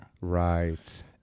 Right